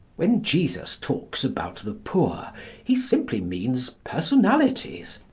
when jesus talks about the poor he simply means personalities,